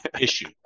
issue